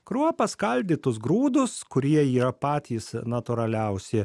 kruopas skaldytus grūdus kurie yra patys natūraliausi